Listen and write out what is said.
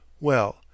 Well